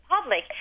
public